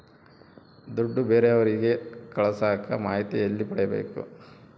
ದುಡ್ಡು ಬೇರೆಯವರಿಗೆ ಕಳಸಾಕ ಮಾಹಿತಿ ಎಲ್ಲಿ ಪಡೆಯಬೇಕು?